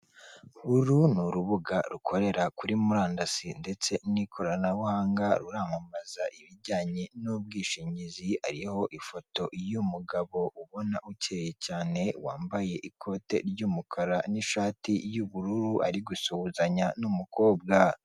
Uru ni urubuga rukorera kuri murandasi ndetse n'ikoranabuhanga ruramamaza ibijyanye n'ubwishingizi, hari ifoto y'umugabo ubona ukeye cyane wambaye ikote ry'umukara n'ishati y'ubururu ari gusuhuzanya n'umukobwa.